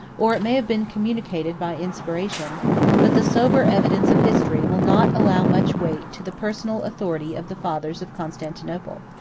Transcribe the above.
or it may have been communicated by inspiration but the sober evidence of history will not allow much weight to the personal authority of the fathers of constantinople.